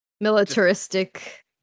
militaristic